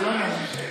אין לי בעיה להשיב.